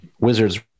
Wizards